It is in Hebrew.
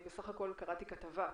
בסך הכול קראתי כתבה,